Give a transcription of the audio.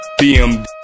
BM